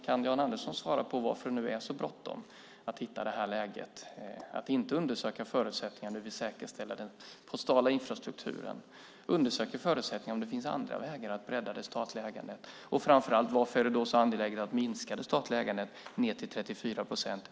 Kan Jan Andersson svara på varför det nu är så bråttom att hitta det här läget att man inte undersöker förutsättningarna för att säkerställa den postala infrastrukturen eller undersöker förutsättningarna för andra vägar att bredda det statliga ägandet? Och framför allt: Varför är det så angeläget att minska det statliga ägandet ned till 34 procent?